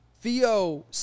Theo